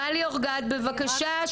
מלי אורגד בבקשה,